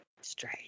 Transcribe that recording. Straight